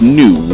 new